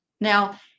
Now